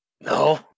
No